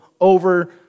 over